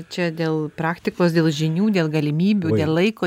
čia dėl praktikos dėl žinių dėl galimybių dėl laiko